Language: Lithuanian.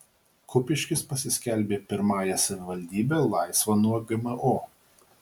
kupiškis pasiskelbė pirmąją savivaldybe laisva nuo gmo